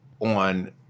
on